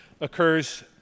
occurs